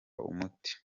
umuti